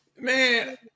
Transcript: Man